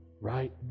right